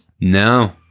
No